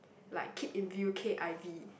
like keep in view K_I_V